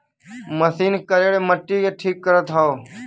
machine करेड़ मट्टी के ठीक करत हौ